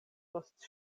post